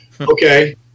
Okay